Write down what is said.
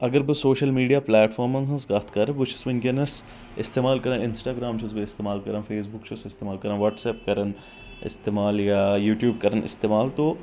اگر بہٕ social media پلیٹ فارمن ہٕنٛز کتھ کرٕ بہٕ چھُس ؤنکیٚس استعمال کران انسٹاگرام چھُس بہٕ استعمال کران فیس بُک چھُس استعمال کران وٹٕس ایپ کران استعمال یا یوٗٹیوٗب کران استعمال تو